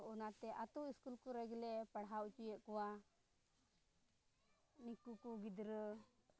ᱚᱱᱟᱛᱮ ᱟᱹᱛᱩ ᱥᱠᱩᱞ ᱠᱚᱨᱮ ᱜᱮᱞᱮ ᱯᱟᱲᱦᱟᱣ ᱦᱚᱪᱚᱭᱮᱫ ᱠᱚᱣᱟ ᱩᱱᱠᱩ ᱜᱤᱫᱽᱨᱟᱹ